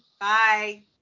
Bye